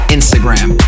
Instagram